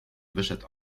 wyszedł